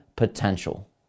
potential